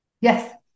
Yes